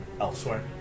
elsewhere